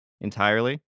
entirely